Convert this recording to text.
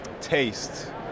taste